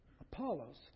Apollos